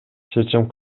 чечим